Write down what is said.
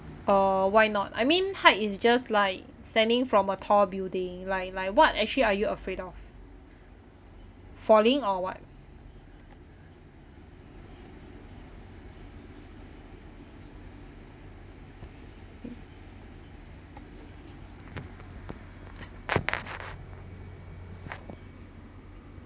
uh why not I mean height is just like standing from a tall building like like what actually are you afraid of falling or what